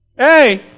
Hey